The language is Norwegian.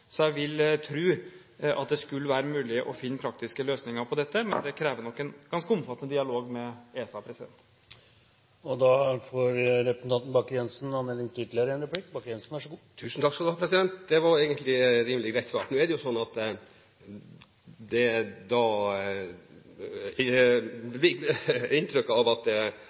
Så jeg vil tro at det skulle være mulig å finne praktiske løsninger på dette, men det krever nok en ganske omfattende dialog med ESA. Det var egentlig et rimelig greit svar. Nå er det jo sånn at det at det ble gitt inntrykk av at alt var klart 18. november – at alt bare var velstand – slår litt sprekker etter hvert. Og det er komplisert, dette – det er vi